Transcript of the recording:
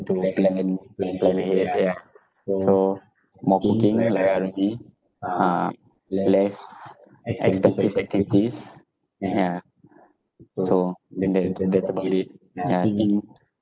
to plan plan ahead yeah so more working like uh less expensive activities yeah so tha~ tha~ that's about it ya I think